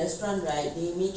you scan